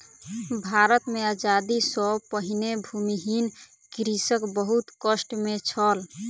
भारत मे आजादी सॅ पहिने भूमिहीन कृषक बहुत कष्ट मे छल